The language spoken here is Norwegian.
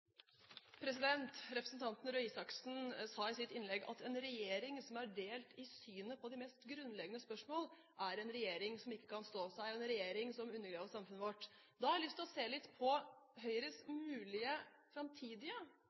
delt i synet på de mest grunnleggende spørsmål, er en regjering som ikke kan stå seg, og at det er en regjering som undergraver samfunnet vårt. Da har jeg lyst til å se litt på Høyres mulig framtidige